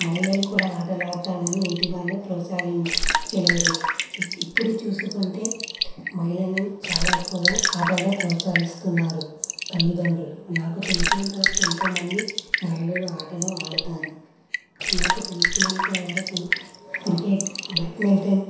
మహిళలు కూడా ఆటలు ఆడతానని ఇంటివాళ్ళు ప్రోత్సహించలేరు ఇప్పుడు చూసుకుంటే మహిళలు చాలా ఎక్కువగా ఆటలో ప్రోత్సహిస్తున్నారు తల్లిదండ్రులు నాకు తెలిసినంతవరకు ఎంతోమంది మహిళలు ఆటలు ఆడుతారు నాకు తెలిసినంతవరకు క్రికెట్ బ్యాడ్మింటన్